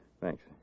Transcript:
Thanks